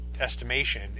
estimation